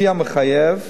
כפי המחייב.